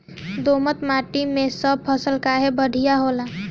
दोमट माटी मै सब फसल काहे बढ़िया होला?